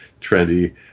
trendy